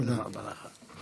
תודה רבה לך.